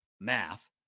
math